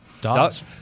Dogs